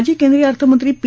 माजी केंद्रीय अर्थमंत्री पी